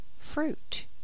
fruit